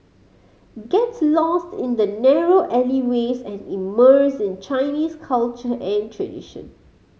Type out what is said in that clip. get lost in the narrow alleyways and immerse in Chinese culture and tradition